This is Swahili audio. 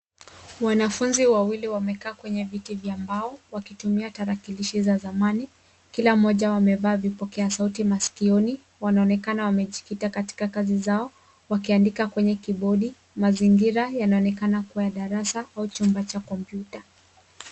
Wanafunzi wawili wamekaa kwenye viti vya mbao, wakitumia tarakilishi za zamani. Kila mmoja amevaa vipokea sauti masikioni. Wanaonekana wamejikita katika kazi zao, wakiandika kwenye kibodi. Mazingira yanaonekana kua ya darasa au chumba cha kompyuta.